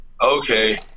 okay